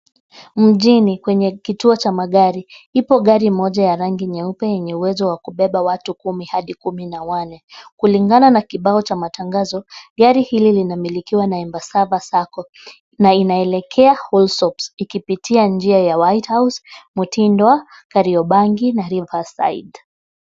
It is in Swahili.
Mjini kwenye kituo cha magari, ipo gari moja ya rangi nyeupe yenye uwezo wa kubeba watu kumi hadi kuminawane. Kulingana na kibao cha matangazo, gari hili linamilikiwa na (cs)Embasava sacco(cs) na inaelekea (cs)Allsops(cs) ikipitia njia ya (cs)Whitehouse(cs), Mutindwa, Kariobangi na (cs)Riverside(cs).